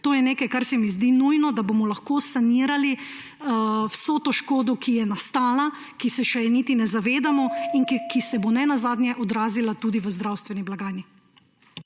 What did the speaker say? To je nekaj, kar se mi zdi nujno, da bomo lahko sanirali vso to škodo, ki je nastala, ki se je še niti ne zavedamo in ki se bo ne nazadnje odrazila tudi v zdravstveni blagajni.